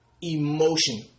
emotion